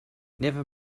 never